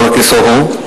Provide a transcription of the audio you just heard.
לא לכיסו הוא,